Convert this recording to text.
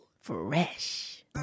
Fresh